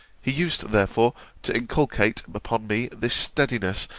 he used therefore to inculcate upon me this steadiness,